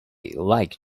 like